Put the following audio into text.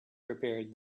prepared